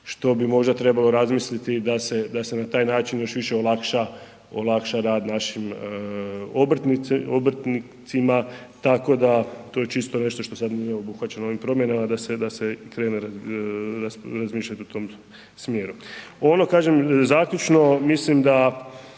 što bi možda trebalo razmisliti da se na taj način još više olakša rad našim obrtnicima. Tako da to je čisto nešto što sad nije obuhvaćeno ovim promjenama da se krene razmišljati u tom smjeru. Ono kažem zaključno, mislim da